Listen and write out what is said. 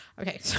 Okay